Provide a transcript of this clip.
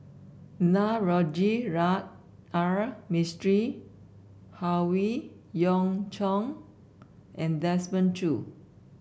Navroji R Mistri Howe Yoon Chong and Desmond Choo